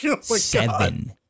Seven